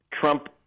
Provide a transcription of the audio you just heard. Trump